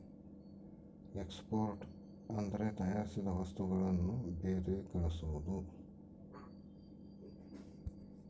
export ಅಂದ್ರೆ ತಯಾರಿಸಿದ ವಸ್ತುಗಳನ್ನು ಬೇರೆ ಕಳ್ಸೋದು